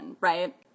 right